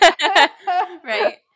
Right